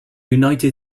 united